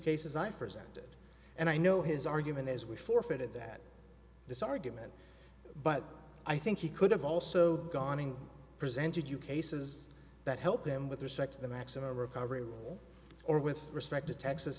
cases i presented and i know his argument is we forfeited that this argument but i think he could have also gone and presented you cases that help them with respect to the maximum recovery or with respect to texas